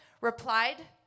replied